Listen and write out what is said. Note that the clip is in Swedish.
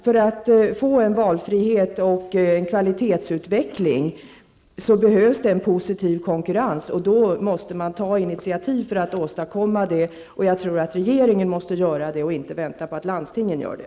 För att få en valfrihet och en kvalitetsutveckling behövs det som sagt en positiv konkurrens, och då måste man ta initiativ för att åstadkomma det. Jag tror att regeringen måste ta de initiativen i stället för att vänta på att landstingen gör det.